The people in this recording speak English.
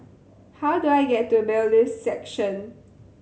how do I get to Bailiffs' Section